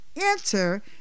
enter